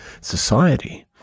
society